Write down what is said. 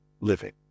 living